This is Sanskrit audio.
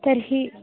तर्हि